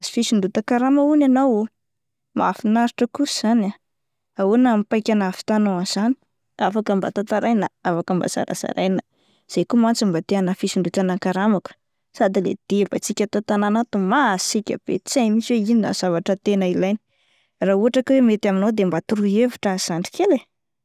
Nisy fisondrotan-karama hono ianao, mahafinaritra kosa zany ah! Ahoana ny paika nahavitanao an'izany, afaka mba tantaraina ah, afaka mba zarazaraina ah, zay ko mantsy mba te hanana fisondrotana karama koa, sady ilay debatsika ato an-tànana ato masiaka be tsy hay mintsy hoe inona ny zavatra tena ilainy, raha ohatra hoe mety aminao de mba toroy hevitra ny zandry kely eh!